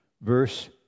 verse